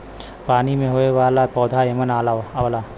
पानी में होये वाला पौधा एमन आवला